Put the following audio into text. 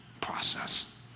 process